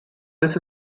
this